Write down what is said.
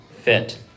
fit